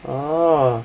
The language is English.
oh